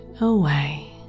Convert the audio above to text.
away